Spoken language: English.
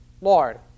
Lord